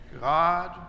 God